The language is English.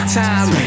time